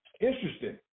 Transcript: Interesting